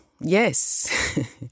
yes